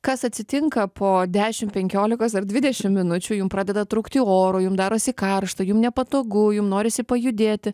kas atsitinka po dešim penkiolikos ar dvidešim minučių jum pradeda trūkti oro jum darosi karšta jum nepatogu jum norisi pajudėti